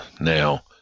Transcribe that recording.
now